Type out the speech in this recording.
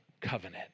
covenant